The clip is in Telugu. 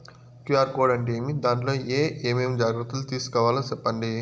క్యు.ఆర్ కోడ్ అంటే ఏమి? దాంట్లో ఏ ఏమేమి జాగ్రత్తలు తీసుకోవాలో సెప్పండి?